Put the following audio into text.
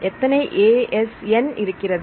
எத்தனை AS என் இருக்கிறது